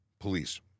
Police